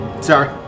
Sorry